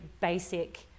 basic